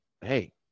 hey